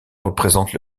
représente